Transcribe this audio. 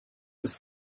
ist